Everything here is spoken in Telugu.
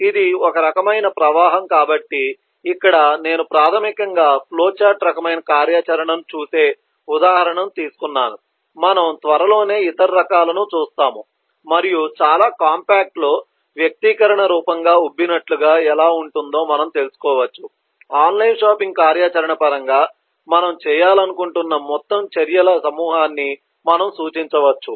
ఇది ఒక రకమైన ప్రవాహం కాబట్టి ఇక్కడ నేను ప్రాధమికంగా ఫ్లోచార్ట్ రకమైన కార్యాచరణను చూసే ఉదాహరణను తీసుకున్నాను మనము త్వరలోనే ఇతర రకాలను చూస్తాము మరియు చాలా కాంపాక్ట్లో వ్యక్తీకరణ రూపంగా ఉబ్బినట్లుగా ఎలా ఉంటుందో మనము తెలుసుకోవచ్చు ఆన్లైన్ షాపింగ్ కార్యాచరణ పరంగా మనము చేయాలనుకుంటున్న మొత్తం చర్యల సమూహాన్ని మనము సూచించవచ్చు